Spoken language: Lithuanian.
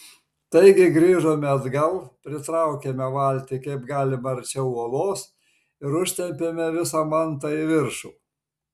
taigi grįžome atgal pritraukėme valtį kaip galima arčiau uolos ir užtempėme visą mantą į viršų